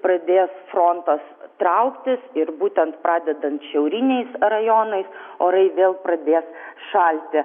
pradės frontas trauktis ir būtent pradedant šiauriniais rajonais orai vėl pradės šalti